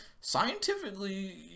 scientifically